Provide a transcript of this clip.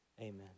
amen